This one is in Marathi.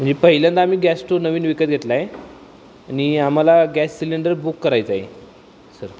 म्हणजे पहिल्यांदा आम्ही गॅस स्टो नवीन विकत घेतला आहे आणि आम्हाला गॅस सिलेंडर बुक करायचा आहे सर